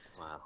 Wow